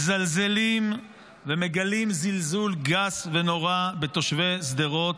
מזלזלים ומגלים זלזול גס ונורא בתושבי שדרות,